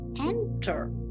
enter